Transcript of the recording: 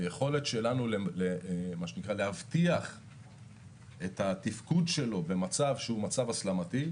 היכולת שלנו להבטיח את התפקוד שלו במצב שהוא מצב הסלמתי,